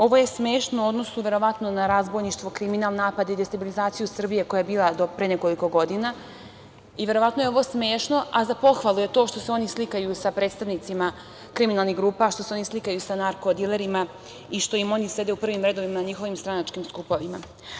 Ovo je smešno u odnosu, verovatno, na razbojništvo, kriminal, napad i destabilizaciju Srbije koja je bila do pre nekoliko godina i verovatno je ovo smešno, a za pohvalu je to što se oni slikaju sa predstavnicima kriminalnih grupa, što se oni slikaju sa narko-dilerima i što im oni sede u prvim redovima na njihovim stranačkim skupovima.